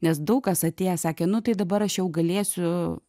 nes daug kas atėjęs sakė nu tai dabar aš jau galėsiu